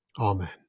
Amen